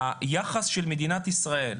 היחס של מדינת ישראל,